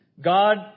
God